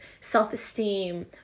self-esteem